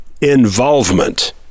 Involvement